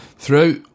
Throughout